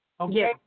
Okay